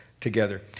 together